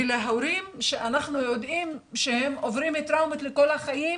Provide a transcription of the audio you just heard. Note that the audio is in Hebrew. ולהורים שאנחנו יודעים שהם עוברים טראומות לכל החיים,